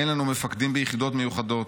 אין לנו מפקדים ביחידות מיוחדות.